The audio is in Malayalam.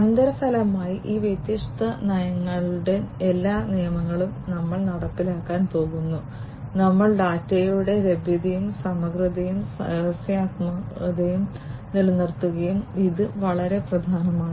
അനന്തരഫലമായി ഈ വ്യത്യസ്ത നയങ്ങളുടെ എല്ലാ നിയമങ്ങളും ഞങ്ങൾ നടപ്പിലാക്കാൻ പോകുന്നു ഞങ്ങൾ ഡാറ്റയുടെ ലഭ്യതയും സമഗ്രതയും രഹസ്യാത്മകതയും നിലനിർത്തും ഇത് വളരെ പ്രധാനമാണ്